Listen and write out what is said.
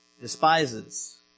despises